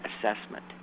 assessment